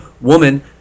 woman